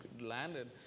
landed